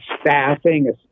staffing